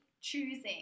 choosing